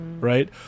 Right